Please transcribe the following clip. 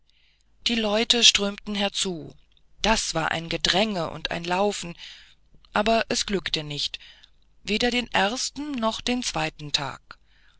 die leute strömten herzu da war ein gedränge und ein laufen aber es glückte nicht weder den ersten noch den zweiten tag